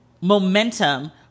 momentum